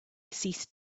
ceased